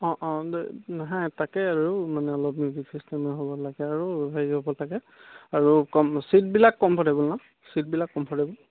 অঁ অঁ হে তাকে আৰু মানে অলপ মিউজিক ছিষ্টেমে হ'ব লাগে আৰু হেৰি হ'ব লাগে আৰু কম ছিটবিলাক কমফৰ্টেবল নহ্ ছিটবিলাক কমফৰ্টেবল